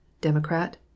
democrat